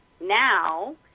Now